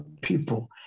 people